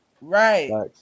Right